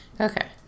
Okay